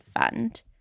fund